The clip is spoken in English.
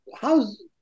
how's